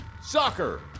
Soccer